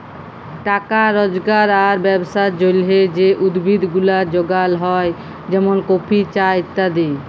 টাকা রজগার আর ব্যবসার জলহে যে উদ্ভিদ গুলা যগাল হ্যয় যেমন কফি, চা ইত্যাদি